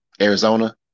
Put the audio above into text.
Arizona